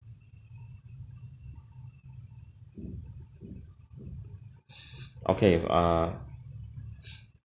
okay err